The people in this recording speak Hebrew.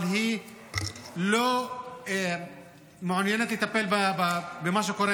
אבל היא לא מעוניינת לטפל במה שקורה